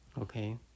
okay